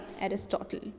Aristotle